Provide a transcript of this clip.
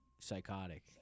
psychotic